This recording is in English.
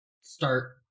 start